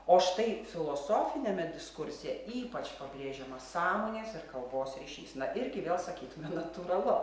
o štai filosofiniame diskurse ypač pabrėžiamas sąmonės ir kalbos ryšys na irgi vėl sakytumėm natūralu